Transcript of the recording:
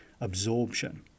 absorption